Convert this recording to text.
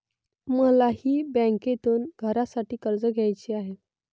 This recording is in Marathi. मलाही बँकेतून घरासाठी कर्ज घ्यायचे आहे